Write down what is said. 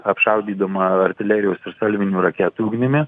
apšaudydama artilerijos ir salvinių raketų ugnimi